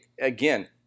Again